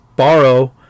Borrow